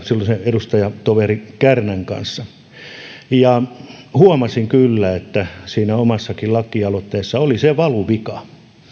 silloisen edustajatoveri kärnän kanssa ja huomasin kyllä että siinä omassakin lakialoitteessa oli se valuvika